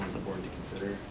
the board to consider?